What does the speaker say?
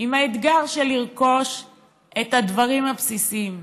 של לרכוש את הדברים הבסיסיים,